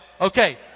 Okay